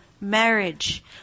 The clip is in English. marriage